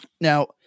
Now